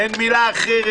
אין מילה אחרת.